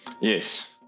Yes